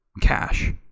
cash